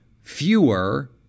fewer